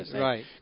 Right